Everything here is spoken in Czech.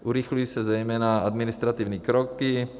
Urychlí se zejména administrativní kroky.